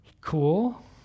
cool